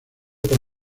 por